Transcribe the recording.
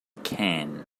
can